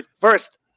first